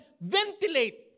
ventilate